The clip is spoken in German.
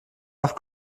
nach